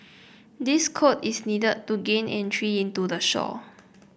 this code is needed to gain entry into the show